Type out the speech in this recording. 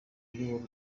uyobora